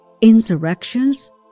insurrections